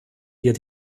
wir